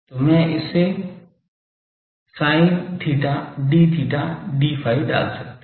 तो मैं उसे sin theta d theta d phi डाल सकते हैं